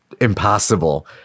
impossible